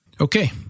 Okay